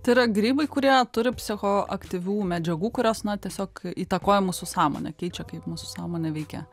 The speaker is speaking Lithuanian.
tai yra grybai kurie turi psichoaktyvių medžiagų kurios na tiesiog įtakoja mūsų sąmonę keičia kaip mūsų sąmonė veikia